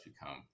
become